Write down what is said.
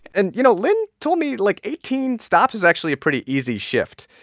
and you know, lynne told me, like, eighteen stops is actually a pretty easy shift.